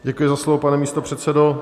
Děkuji za slovo, pane místopředsedo.